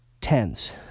Tens